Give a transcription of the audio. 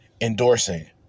endorsing